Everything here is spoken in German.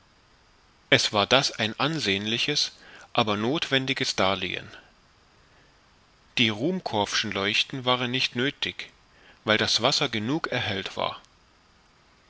es war das ein ansehnliches aber nothwendiges darlehen die ruhmkorff'schen leuchten waren nicht nöthig weil das wasser genug erhellt war